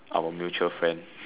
our mutual friend